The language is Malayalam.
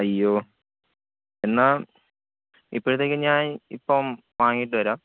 അയ്യോ എന്നാല് ഇപ്പോഴത്തേക്ക് ഞാന് ഇപ്പോള് വാങ്ങിയിട്ട് വരാം